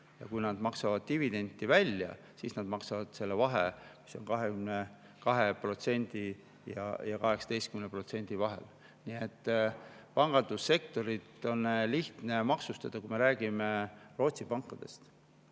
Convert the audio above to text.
Ja kui nad maksavad dividendid välja, siis nad maksavad selle vahe, mis jääb 22% ja 18% vahele. Nii et pangandussektorit on lihtne maksustada, kui me räägime Rootsi pankadest.